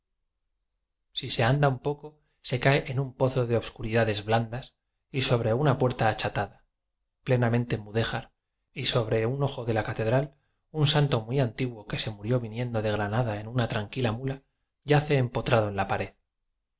si se anda un poco se cae en un pozo de obscuridades blandas y sobre una puerta achatada plenamente mudejar y sobre un ojo de la catedral un santo muy antiguo que se murió viniendo de granada en una tranquila muía yace empotrado en la pa